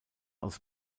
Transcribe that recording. aus